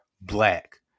black